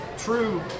True